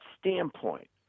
standpoint